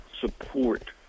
support